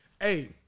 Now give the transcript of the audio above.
Hey